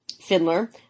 Fiddler